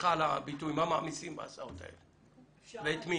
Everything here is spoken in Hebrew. סליחה על הביטוי מה "מעמיסים" בהסעות האלה ואת מי.